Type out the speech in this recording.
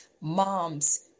moms